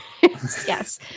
yes